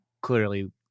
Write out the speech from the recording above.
clearly